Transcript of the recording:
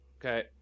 Okay